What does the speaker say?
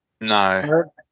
No